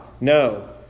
No